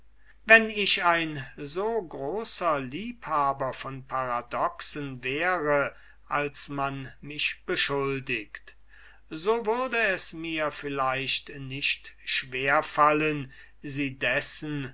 wenn ich ein so großer liebhaber von paradoxen wäre als man mich beschuldigt so würd es mir vielleicht nicht schwer fallen sie dessen